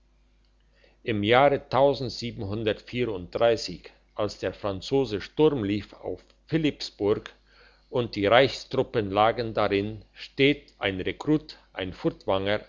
im jahre als der franzos sturm lief auf philippsburg und die reichstruppen lagen darin steht ein rekrut ein furtwanger